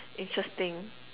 interesting